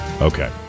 Okay